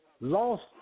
lost